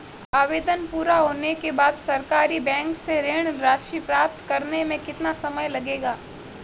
आवेदन पूरा होने के बाद सरकारी बैंक से ऋण राशि प्राप्त करने में कितना समय लगेगा?